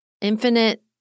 infinite